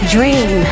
Dream